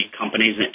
companies